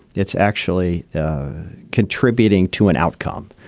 it's actually contributing to an outcome.